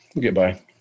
goodbye